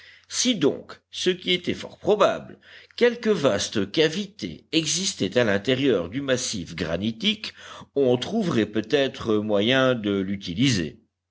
si donc ce qui était fort probable quelque vaste cavité existait à l'intérieur du massif granitique on trouverait peut-être moyen de l'utiliser